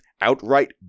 outright